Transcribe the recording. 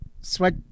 Sweat